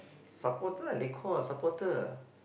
supporter they call supporter